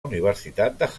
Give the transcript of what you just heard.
universitat